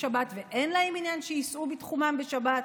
בשבת ואין להם עניין שייסעו בתחומם בשבת.